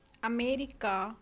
America